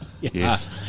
Yes